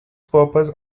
purpose